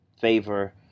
favor